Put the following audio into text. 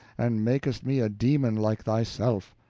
and makest me a demon like thyself.